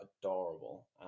adorable